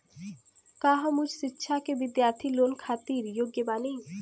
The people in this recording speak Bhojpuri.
का हम उच्च शिक्षा के बिद्यार्थी लोन खातिर योग्य बानी?